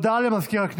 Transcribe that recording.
בעד, 23,